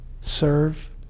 serve